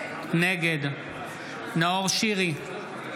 נגד נאור שירי,